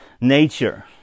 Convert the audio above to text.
nature